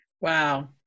Wow